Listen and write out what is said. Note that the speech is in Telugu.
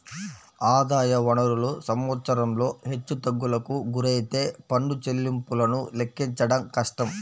ఆదాయ వనరులు సంవత్సరంలో హెచ్చుతగ్గులకు గురైతే పన్ను చెల్లింపులను లెక్కించడం కష్టం